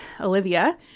Olivia